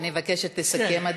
תהום?